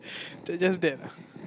so that's that ah